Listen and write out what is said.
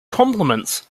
complements